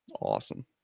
Awesome